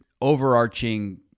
overarching